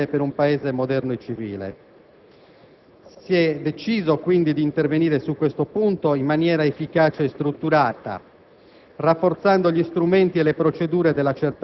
un importo assolutamente intollerabile per un Paese moderno e civile. Si è deciso, quindi, di intervenire su questo punto in maniera efficace e strutturata,